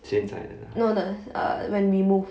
no the uh when we move